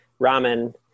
ramen